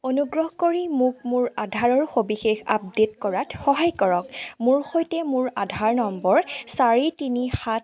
অনুগ্ৰহ কৰি মোক মোৰ আধাৰৰ সবিশেষ আপডে'ট কৰাত সহায় কৰক মোৰ সৈতে মোৰ আধাৰ নম্বৰ চাৰি তিনি সাত